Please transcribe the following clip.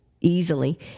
easily